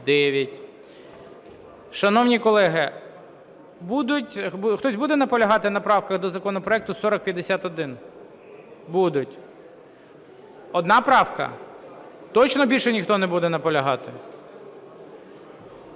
Шановні колеги, хтось буде наполягати на правках до законопроекту 4051? Будуть. Одна правка? Точно, більше ніхто не буде наполягати?